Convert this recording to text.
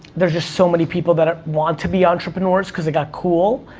there's just so many people that want to be entrepreneurs, cause it got cool,